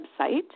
website